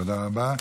תודה רבה.